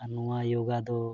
ᱟᱨ ᱱᱚᱣᱟ ᱭᱳᱜᱟ ᱫᱚ